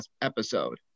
episode